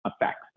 effects